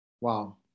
Wow